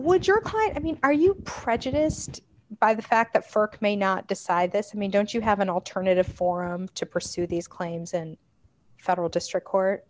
correct i mean are you prejudiced by the fact that for may not decide this i mean don't you have an alternative form to pursue these claims and federal district court